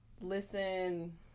listen